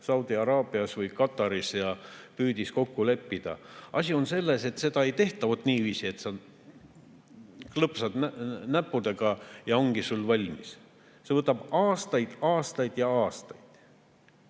Saudi Araabias või Kataris ja püüdis kokku leppida. Asi on selles, et seda ei tehta vot niiviisi, et klõpsad näppudega, ja ongi valmis. See võtab aastaid, aastaid ja aastaid. Praegu